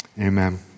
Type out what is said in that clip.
Amen